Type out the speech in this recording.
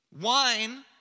Wine